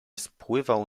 spływał